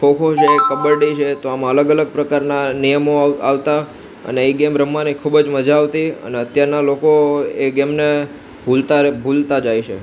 ખોખો છે કબડ્ડી છે તો આમ અલગ અલગ પ્રકારના નિયમો આવતા અને ઈ ગેમ રમવાની ખૂબ જ મજા આવતી અને અત્યારના લોકો એ ગેમને ભૂલતા ભૂલતા જાય છે